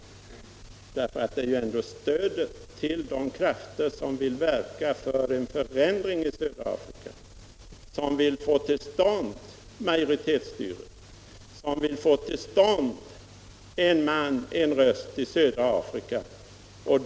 Det gäller ju ändå stödet, vårt gemensamma stöd till de krafter som vill verka för en förändring i södra Afrika, som vill få till stånd majoritetsstyrelse, som i södra Afrika vill förverkliga principen en man, en röst.